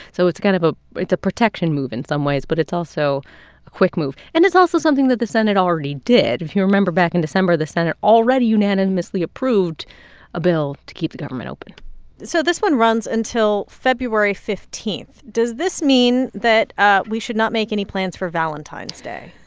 so it's kind of a it's a protection move, in some ways. but it's also a quick move. and it's also something that the senate already did. if you remember, back in december, the senate already unanimously approved a bill to keep the government open so this one runs until february fifteen. does this mean that ah we should not make any plans for valentine's day?